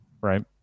Right